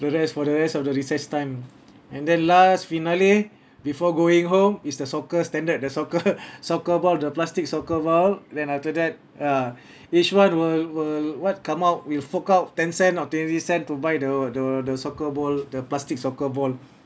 whereas for the rest of the recess time and then last finale before going home is the soccer standard the soccer soccer ball the plastic soccer ball then after that uh each one will will what come out will fork out ten cent or twenty cent to buy the the the soccer ball the plastic soccer ball